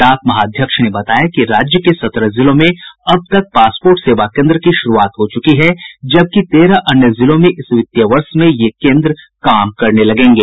डाक महा अध्यक्ष ने बताया कि राज्य के सत्रह जिलों में अब तक पासपोर्ट सेवा केन्द्र की शुरूआत हो चुकी है जबकि तेरह अन्य जिलों में इस वित्तीय वर्ष में ये केन्द्र काम करने लगेंगे